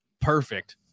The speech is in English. perfect